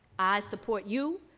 i support you.